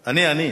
אני.